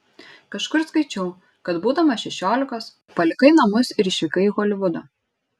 kažkur skaičiau kad būdamas šešiolikos palikai namus ir išvykai į holivudą